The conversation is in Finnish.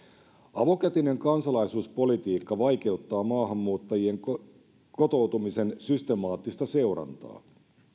avokätinen kansalaisuuspolitiikka vaikeuttaa maahanmuuttajien kotoutumisen systemaattista seurantaa